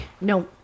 No